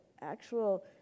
actual